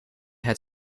het